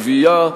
גבייה,